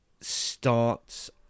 starts